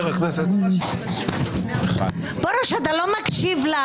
מי נגד?